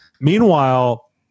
Meanwhile